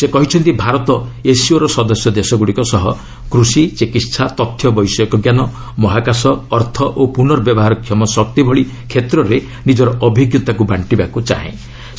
ସେ କହିଛନ୍ତି ଭାରତ ଏସ୍ସିଓର ସଦସ୍ୟ ଦେଶଗୁଡ଼ିକ ସହ କୃଷି ଚିକିହା ତଥ୍ୟ ବୈଷୟିକ ଜ୍ଞାନ ମହାକାଶ ଅର୍ଥ ଓ ପ୍ରନର୍ବ୍ୟବହାରକ୍ଷମ ଶକ୍ତି ଭଳି କ୍ଷେତ୍ରରେ ନିଜର ଅଭିଜ୍ଞତାକୁ ବାଣ୍ଟିବାକୁ ଚାହାନ୍ତି